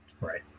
Right